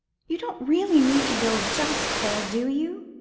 you don't really need to build just there, do you?